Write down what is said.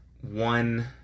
one